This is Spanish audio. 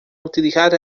utilizar